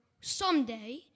someday